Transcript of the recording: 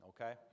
Okay